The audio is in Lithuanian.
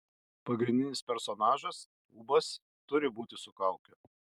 pagrindinis personažas ūbas turi būti su kauke